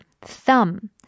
thumb